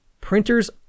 Printers